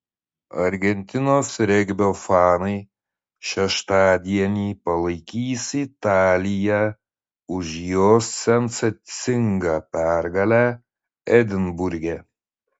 argentinos regbio fanai šeštadienį palaikys italiją už jos sensacingą pergalę edinburge